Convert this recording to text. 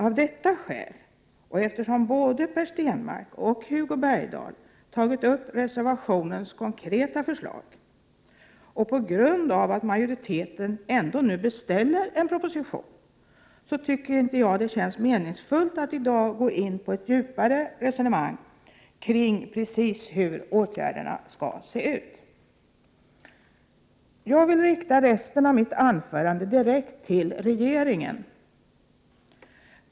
Av detta skäl, och eftersom både Per Stenmarck och Hugo Bergdahl tagit upp det konkreta förslaget i reservationen, samt på grund av att majoriteten nu ändå beställer en proposition, tycker jag inte att det känns meningsfullt att i dag gå in på ett djupare resonemang kring hur åtgärderna exakt skall se ut. Jag vill rikta resten av mitt anförande direkt till regeringen.